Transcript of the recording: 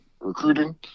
recruiting